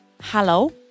Hello